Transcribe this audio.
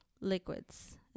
liquids